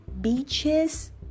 beaches